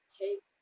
take